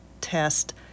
test